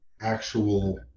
actual